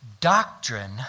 doctrine